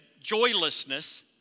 joylessness